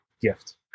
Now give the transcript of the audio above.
gift